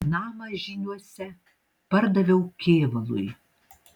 namą žyniuose pardaviau kėvalui